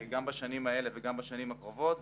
גם בשנים האלה וגם בשנים הקרובות,